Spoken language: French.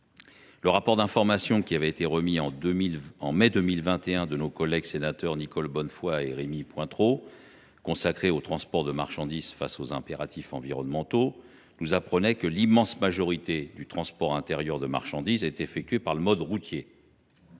Le rapport d’information publié en mai 2021 par nos collègues sénateurs Nicole Bonnefoy et Rémy Pointereau, consacré au transport de marchandises face aux impératifs environnementaux, a montré que l’immense majorité du transport intérieur de marchandises s’effectuait par voie routière.